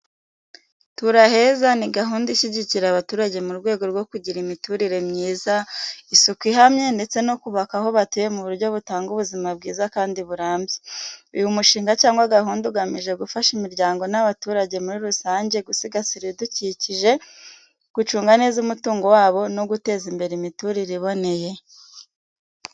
“Tura Heza” ni gahunda ishyigikira abaturage mu rwego rwo kugira imiturire myiza, isuku ihamye, ndetse no kubaka aho batuye mu buryo butanga ubuzima bwiza kandi burambye. Uyu mushinga cyangwa gahunda ugamije gufasha imiryango n’abaturage muri rusange gusigasira ibidukikije, gucunga neza umutungo wabo, no guteza imbere imiturire iboneye.